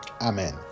amen